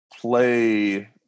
play